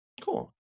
Cool